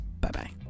bye-bye